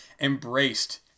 embraced